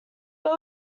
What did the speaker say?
but